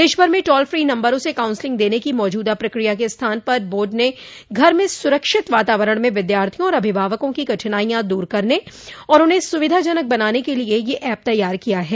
देशभर में toll free नंबरों से काउंसलिंग देने की मौजूदा प्रक्रिया के स्थान पर बोर्ड ने घर में सुरक्षित वातावरण में विद्यार्थियों और अभिभावकों की कठिनाइयां दूर करने और उन्हें सुविधाजनक बनाने के लिए यह ऐप तैयार किया है